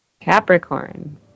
Capricorn